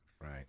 Right